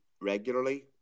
regularly